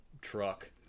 truck